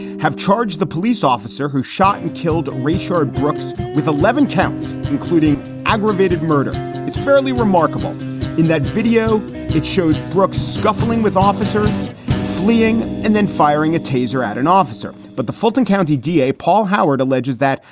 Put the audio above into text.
have charged the police officer who shot and killed rashad brooks with eleven counts, including aggravated murder it's fairly remarkable in that video it shows brooks scuffling with officers fleeing and then firing a taser at an officer. but the fulton county d a. paul howard alleges that,